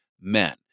men